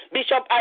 Bishop